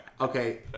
Okay